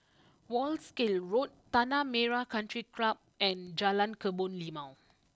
Wolskel Road Tanah Merah country and Jalan Kebun Limau